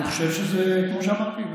אני חושב שזה כמו שאמרתי,